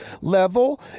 level